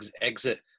exit